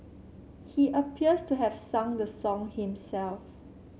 he appears to have sung the song himself